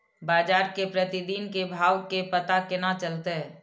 बजार के प्रतिदिन के भाव के पता केना चलते?